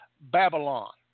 Babylon